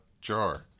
jar